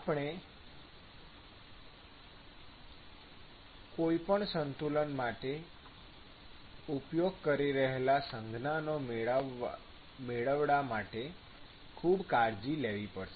આપણે કોઈપણ સંતુલન માટે ઉપયોગ કરી રહેલા સંજ્ઞાનો મેળાવડા માટે ખૂબ કાળજી લેવી પડશે